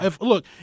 Look